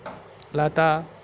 Lata